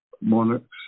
monarchs